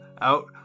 out